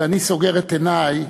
ואני סוגר את עיני,